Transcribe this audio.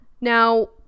now